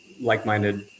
like-minded